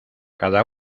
cada